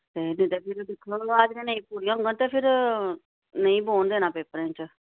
ते जिसलै फिर दिक्खी लै हाजरियां निं पूरियां होङन ते फिर नेईं बौह्न देना पेपरें च